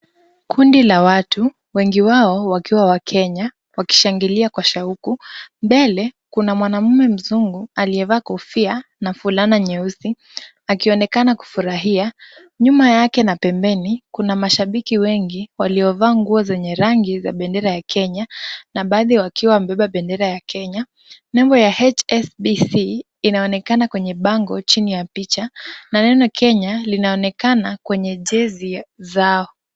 Kundi la watu, wengi wao wakiwa wakenya, wakishangilia kwa shauku, mbele kuna mwanamume mzungu aliyevaa kofia na fulana nyeusi, akionekana kufurahia, nyuma yake na pembeni kuna mashabiki wengi waliovaa nguo zenye rangi za bendera ya Kenya, na baadhi wakiwa wamebeba bendera ya Kenya, nembo ya HSBC inaonekana kwenye bango chini ya picha na neno Kenya linaonekana kwenye jezi zao.